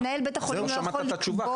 שמעת את התשובה,